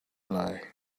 eye